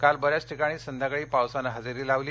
काल बर्यादच ठिकाणी संध्याकाळी पावसानं हजेरी लावली